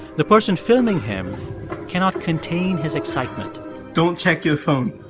the person filming him cannot contain his excitement don't check your phone.